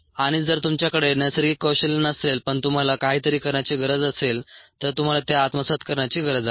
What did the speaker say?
आणि जर तुमच्याकडे नैसर्गिक कौशल्य नसेल पण तुम्हाला काहीतरी करण्याची गरज असेल तर तुम्हाला ते आत्मसात करण्याची गरज आहे